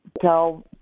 tell